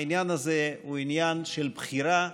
העניין הזה הוא עניין של בחירה.